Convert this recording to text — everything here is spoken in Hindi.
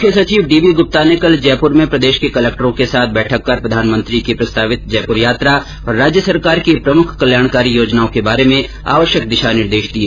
मुख्य सचिव डीबी गुप्ता ने कल जयपुर में प्रदेश के कलक्टरों के साथ बैठक कर प्रधानमंत्री की प्रस्तावित जयपुर यात्रा और राज्य सरकार की प्रमुख कल्याणकारी योजनाओं के बारे में आवश्यक दिशा निर्देश दिए